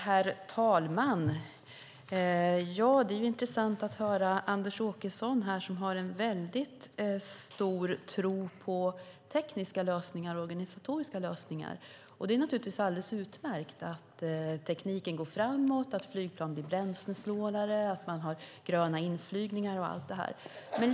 Herr talman! Det är intressant att här höra Anders Åkesson som har en väldigt stor tro på tekniska och organisatoriska lösningar. Det är naturligtvis alldeles utmärkt att tekniken går framåt - att flygplan blir bränslesnålare, att man har gröna inflygningar och allt sådant.